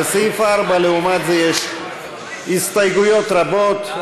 לסעיף 4, לעומת זה, יש הסתייגויות רבות.